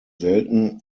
selten